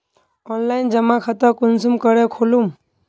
Online जमा खाता कुंसम करे खोलूम?